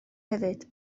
hefyd